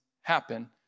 happen